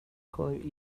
calling